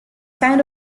kind